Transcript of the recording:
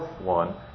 one